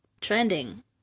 trending